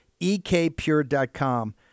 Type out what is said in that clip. Ekpure.com